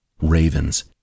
Ravens